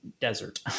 desert